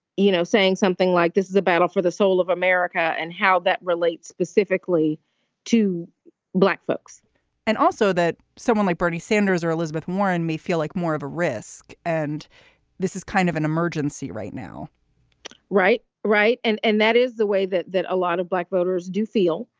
you know, saying something like this is a battle for the soul of america and how that relates specifically to black folks and also that someone like bernie sanders or elizabeth warren may feel like more of a risk and this is kind of an emergency right now right. right. and and that is the way that that a lot of black voters do feel.